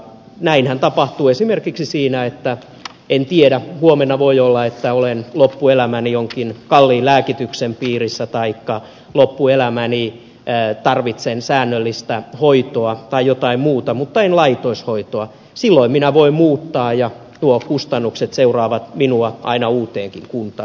näinhän tapahtuu esimerkiksi silloin kun en tiedä huomisesta lähtien voin olla loppuelämäni jonkin kalliin lääkityksen piirissä taikka loppuelämäni tarvitsen säännöllistä hoitoa tai jotain muuta mutta en laitoshoitoa silloin minä voin muuttaa ja nuo kustannukset seuraavat minua aina uuteenkin kuntaan